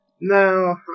No